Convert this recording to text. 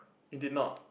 you did not